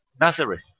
Nazareth